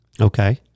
Okay